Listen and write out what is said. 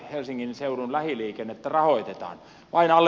helsingin seudun lähiliikennettä rahoitetaan painal